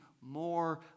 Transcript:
more